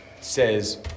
says